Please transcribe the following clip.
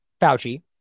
Fauci